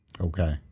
Okay